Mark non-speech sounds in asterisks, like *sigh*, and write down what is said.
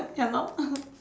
ya lor *laughs*